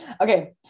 Okay